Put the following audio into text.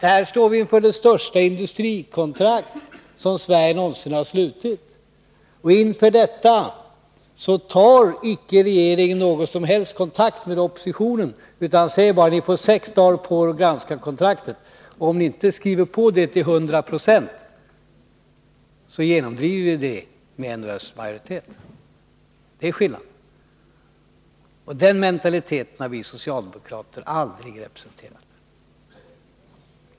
Här står vi inför det största industrikontrakt som Sverige någonsin har slutit, och inför detta tar icke regeringen någon som helst kontakt med oppositionen utan säger bara: Ni får sex dagar på er att granska kontraktet, och om ni inte skriver på det till hundra procent, genomdriver vi det med en rösts majoritet. Det är skillnaden. Den mentaliteten har vi socialdemokrater aldrig representerat.